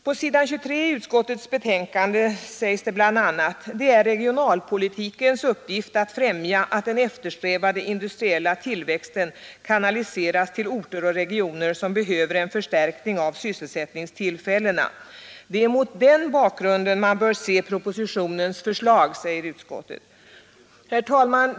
På s. 23 i betänkandet säger utskottet bl.a.: ”Det är regionalpolitikens uppgift att främja att den eftersträvade industriella tillväxten kanaliseras till orter och regioner som behöver en förstärkning av sysselsättningstillfällena. Det är mot den bakgrunden man bör se propositionens förslag.” Herr talman!